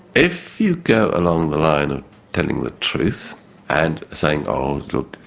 if you go along the line of telling the truth and saying, oh look,